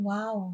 Wow